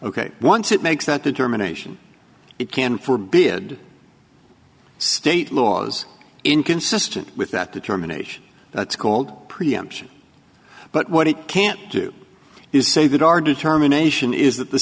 ok once it makes that determination it can forbid state laws inconsistent with that determination that's called preemption but what it can't do is say that our determination is that the